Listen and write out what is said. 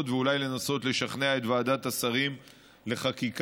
ואולי לנסות לשכנע את ועדת השרים לחקיקה.